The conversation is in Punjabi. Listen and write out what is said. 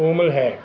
ਉਮਰ ਹੈ